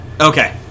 Okay